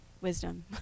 wisdom